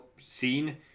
scene